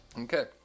Okay